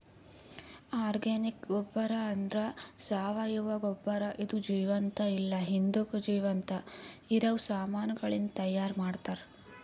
organic ಗೊಬ್ಬರ ಅಂದ್ರ ಸಾವಯವ ಗೊಬ್ಬರ ಇದು ಜೀವಂತ ಇಲ್ಲ ಹಿಂದುಕ್ ಜೀವಂತ ಇರವ ಸಾಮಾನಗಳಿಂದ್ ತೈಯಾರ್ ಮಾಡ್ತರ್